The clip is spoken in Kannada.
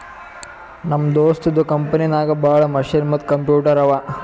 ನಮ್ ದೋಸ್ತದು ಕಂಪನಿನಾಗ್ ಭಾಳ ಮಷಿನ್ ಮತ್ತ ಕಂಪ್ಯೂಟರ್ ಅವಾ